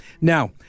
Now